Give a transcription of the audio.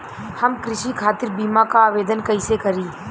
हम कृषि खातिर बीमा क आवेदन कइसे करि?